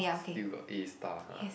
still got eat stuff ah